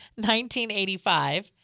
1985